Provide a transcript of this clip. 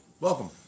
Welcome